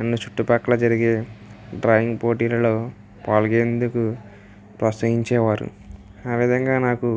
నన్ను చుట్టుపక్కల జరిగే డ్రాయింగ్ పోటీలలో పాల్గొనేందుకు ప్రోత్సహించే వారు ఆ విధంగా నాకు